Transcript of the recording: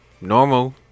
normal